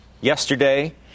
yesterday